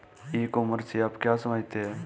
ई commerce से आप क्या समझते हैं?